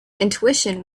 intuition